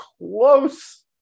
close